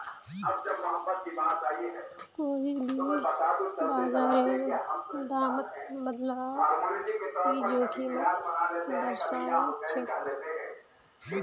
कोई भी बाजारेर दामत बदलाव ई जोखिमक दर्शाछेक